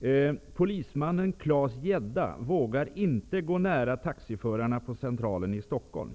10: ''Polismannen Klas Gedda vågar inte gå nära taxiförarna på Centralen i Stockholm.